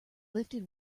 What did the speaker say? lifted